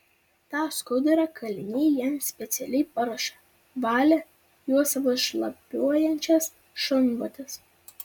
tą skudurą kaliniai jam specialiai paruošė valė juo savo šlapiuojančias šunvotes